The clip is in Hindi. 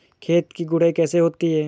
खेत की गुड़ाई कैसे होती हैं?